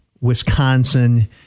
Wisconsin